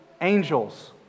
angels